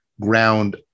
ground